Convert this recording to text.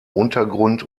untergrund